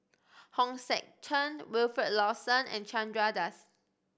Hong Sek Chern Wilfed Lawson and Chandra Das